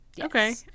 Okay